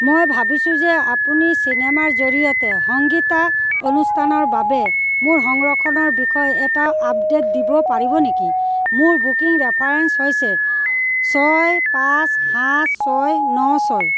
মই ভাবিছোঁ যে আপুনি চিনেমাৰ জৰিয়তে সংগীতানুষ্ঠানৰ বাবে মোৰ সংৰক্ষণৰ বিষয়ে এটা আপডেট দিব পাৰিব নেকি মোৰ বুকিং ৰেফাৰেন্স হৈছে ছয় পাঁচ সাত ছয় ন ছয়